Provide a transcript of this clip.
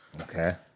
Okay